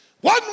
One